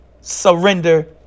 surrender